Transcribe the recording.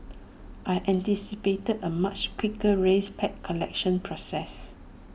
I anticipated A much quicker race pack collection process